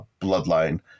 bloodline